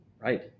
right